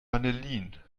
vanillin